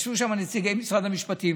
ישבו שם עם נציגי משרד המשפטים,